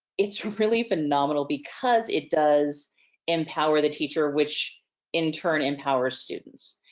it's really phenomenal because it does empower the teacher, which in turn empowers students.